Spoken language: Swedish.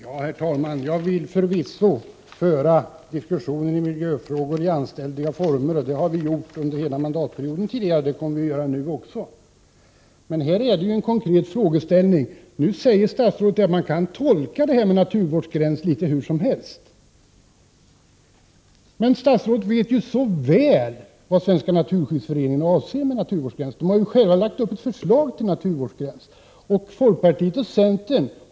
I början av juni avslog riksdagens majoritet ett motionskrav från folkpartiet om att 1 26 av den produktiva skogsmarken nedanför fjällkedjan skall undantas från skogsbruk. I denna majoritet ingick socialdemokraterna. Litet senare gav samma parti motsatt besked i Svenska naturskyddsföreningens enkät inför valet. Det är angeläget att regeringen nu klargör sin uppfattning.